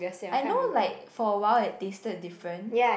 I know like for a while it tasted different